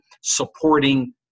supporting